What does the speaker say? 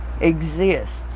exists